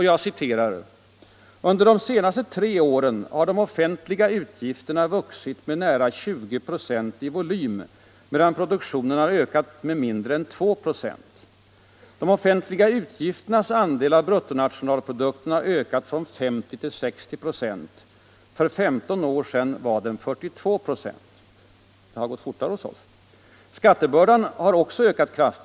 Jag citerar: ”Under de senaste tre åren har de offentliga utgifterna vuxit med nära 20 96 i volym medan produktionen har ökat med mindre än 2 96. De offentliga utgifternas andel av bruttonationalprodukten har ökat från 50 till 60 96. För femton år sedan var den 42 96.” — Det har gått fortare hos oss! — Skattebördan har också ökat kraftigt.